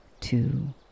two